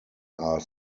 are